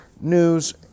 news